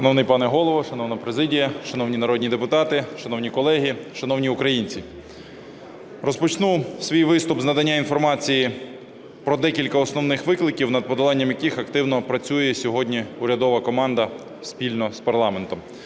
Шановний пане Голово, шановна президія, шановні народні депутати, шановні колеги, шановні українці! Розпочну свій виступ з надання інформації про декілька основних викликів, над подоланням яких активно працює сьогодні урядова команда спільно з парламентом.